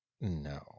No